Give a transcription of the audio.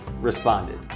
responded